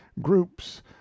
groups